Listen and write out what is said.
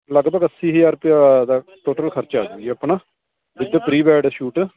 ਲਗਭਗ ਅੱਸੀ ਹਜ਼ਾਰ ਰੁਪਈਆਂ ਦਾ ਟੋਟਲ ਖਰਚਾ ਆਜੂ ਜੀ ਆਪਣਾ ਵਿਦ ਪ੍ਰੀ ਵੈਡ ਸ਼ੂਟ